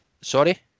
sorry